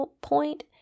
point